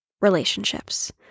relationships